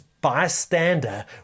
bystander